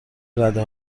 رده